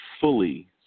fully